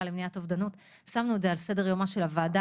למניעת אובדנות שמנו את זה על סדר יומה של הוועדה.